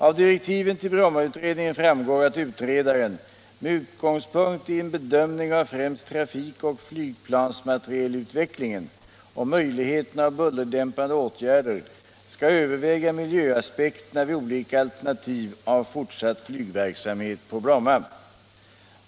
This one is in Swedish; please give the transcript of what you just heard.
Av direktiven till Brommautredningen framgår att utredaren, med utgångspunkt i en bedömning av främst trafikoch flygplansmaterielutvecklingen och möjligheterna av bullerdämpande åtgärder, skall överväga miljöaspekterna vid olika alternativ av fortsatt flygverksamhet på Bromma.